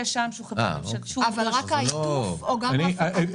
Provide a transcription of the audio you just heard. רק העיטוף או גם ההפקה?